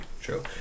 true